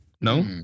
No